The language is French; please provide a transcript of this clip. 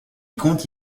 compte